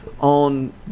on